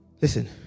listen